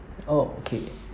oh okay